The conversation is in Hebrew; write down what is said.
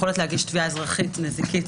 יכולת להגיש תביעה אזרחית נזיקית